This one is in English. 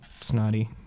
snotty